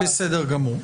בסדר גמור.